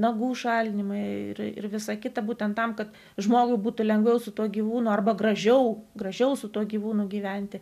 nagų šalinimui ir ir visa kita būtent tam kad žmogui būtų lengviau su tuo gyvūnu arba gražiau gražiau su tuo gyvūnu gyventi